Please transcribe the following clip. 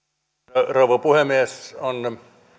arvoisa rouva puhemies on